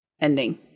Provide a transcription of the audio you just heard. ending